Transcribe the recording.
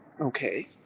Okay